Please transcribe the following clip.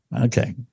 Okay